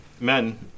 men—